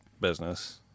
business